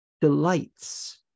delights